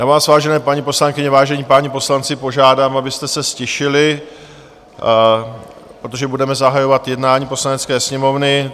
Já vás, vážené paní poslankyně, vážení páni poslanci, požádám, abyste se ztišili, protože budeme zahajovat jednání Poslanecké sněmovny.